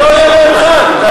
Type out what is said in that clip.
שלא יהיה להם חג.